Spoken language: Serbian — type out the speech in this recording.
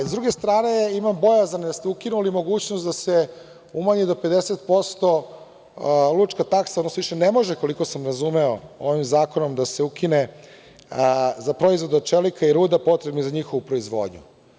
S druge strane imam bojazan da ste ukinuli mogućnost da se umanji do 50% lučka taksa, odnosno više ne može, koliko sam razumeo ovim zakonom da se ukine za proizvode od čelika i ruda potrebnih za njihovu proizvodnju.